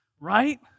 right